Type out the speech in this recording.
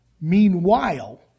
meanwhile